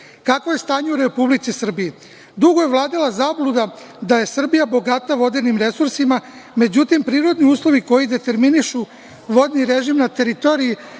je stanje u Republici Srbiji? Dugo je vladala zabluda da je Srbija bogata vodenim resursima. Međutim, prirodni uslovi koji determinišu vodni režim na teritoriji